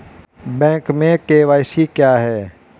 Bank में KYC क्या है?